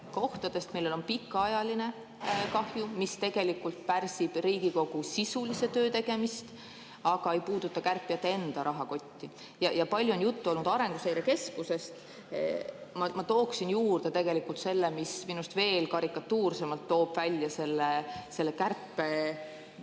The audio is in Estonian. kohtadest, millel on pikaajaline kahju, mis tegelikult pärsib Riigikogu sisulise töö tegemist, aga ei puuduta kärpijate enda rahakotti? Palju on juttu olnud Arenguseire Keskusest. Ma tooksin juurde aga selle, mis minu arust veel karikatuursemalt toob välja selle kärpe